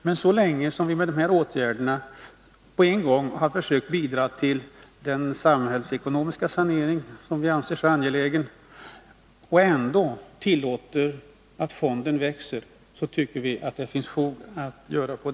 Men så länge vi med dessa åtgärder har försökt bidra till den samhällsekonomiska sanering som vi anser Anslag inom jordmycket angelägen samtidigt som vi tillåter fonden att växa, tycker vi att det bruksdepartemenfinns fog för att göra som vi föreslår.